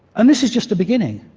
and this is just the beginning,